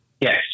Yes